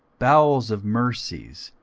bowels of mercies,